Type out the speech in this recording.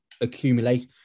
accumulate